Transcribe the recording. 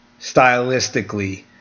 stylistically